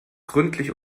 gründlich